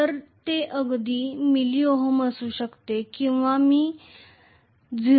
तर ते अगदी मिलि ओहम असू शकते किंवा मी ०